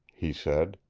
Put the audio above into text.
he said.